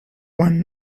one